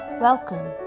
Welcome